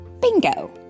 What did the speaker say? Bingo